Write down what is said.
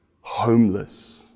homeless